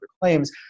claims